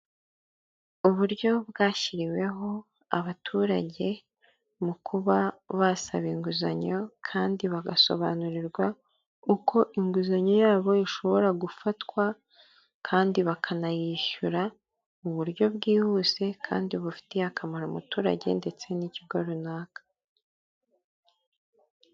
Uburyo bwashyiriweho abaturage mu kuba basaba inguzanyo, kandi bagasobanurirwa uko inguzanyo yabo ishobora gufatwa, kandi bakanayishyura mu buryo bwihuse, kandi bufitiye akamaro umuturage ndetse n'ikigo runaka.